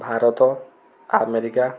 Bharat America